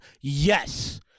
yes